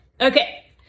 okay